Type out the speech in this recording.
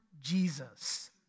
Jesus